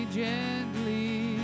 gently